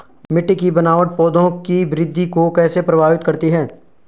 मिट्टी की बनावट पौधों की वृद्धि को कैसे प्रभावित करती है?